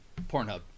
Pornhub